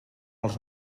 els